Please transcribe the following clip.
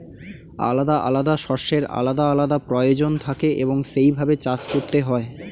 আলাদা আলাদা শস্যের আলাদা আলাদা প্রয়োজন থাকে এবং সেই ভাবে চাষ করতে হয়